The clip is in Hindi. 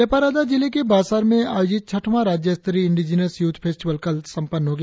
लेपा रादा जिले के बासार में आयोजित छठवां राज्य स्तरीय इंडीजिनस यूथ फेस्टिवल कल संपन्न हो गया